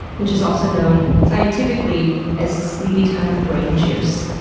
which is also known scientifically as sleepy-time brain juice.